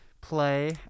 play